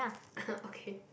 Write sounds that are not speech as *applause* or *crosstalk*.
*laughs* okay